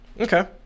Okay